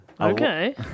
okay